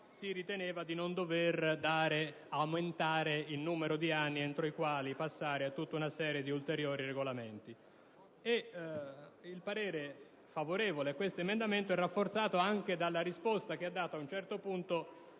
si riteneva di non dover aumentare il numero di anni entro i quali passare ad una serie di ulteriori regolamenti. Il giudizio favorevole su questo emendamento è rafforzato anche dalla risposta che ha dato ad un certo punto